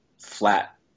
flat